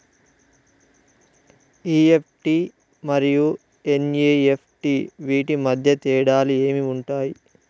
EFT మరియు NEFT వీటి మధ్య తేడాలు ఏమి ఉంటాయి?